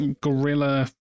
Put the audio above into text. gorilla